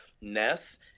ness